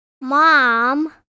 Mom